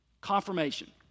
Confirmation